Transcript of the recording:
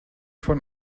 von